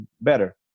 better